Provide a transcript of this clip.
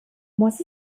muss